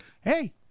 hey